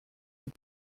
les